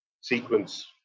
sequence